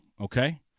Okay